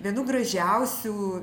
vienu gražiausių